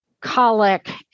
colic